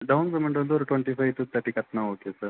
down payment வந்து ஒரு twenty five to thirty கட்டினா ஓகே சார்